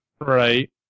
Right